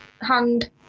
hand